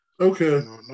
okay